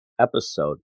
episode